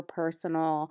personal